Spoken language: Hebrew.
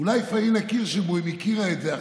אולי פאינה קירשנבאום הכירה את זה.